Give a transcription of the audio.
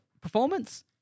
performance